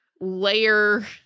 layer